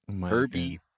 Herbie